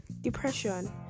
depression